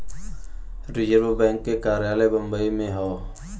reserve bank के कार्यालय बम्बई में हौ